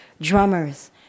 drummers